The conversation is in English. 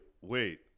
wait